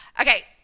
Okay